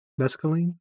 Mescaline